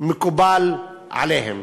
ומקובל עליהם.